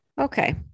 Okay